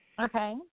Okay